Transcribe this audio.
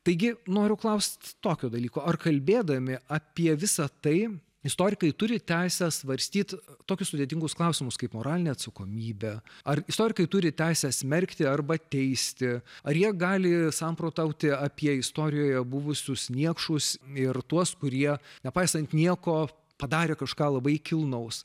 taigi noriu klaust tokio dalyko ar kalbėdami apie visa tai istorikai turi teisę svarstyti tokius sudėtingus klausimus kaip moralinę atsakomybę ar istorikai turi teisę smerkti arba teisti ar jie gali samprotauti apie istorijoje buvusius niekšus ir tuos kurie nepaisant nieko padarė kažką labai kilnaus